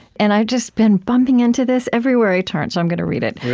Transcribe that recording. and i've just been bumping into this everywhere i turn, so i'm going to read it